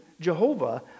Jehovah